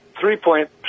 three-point